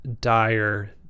dire